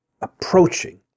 approaching